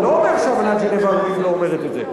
הוא לא אומר שאמנת ז'נבה הרביעית לא אומרת את זה.